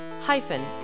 hyphen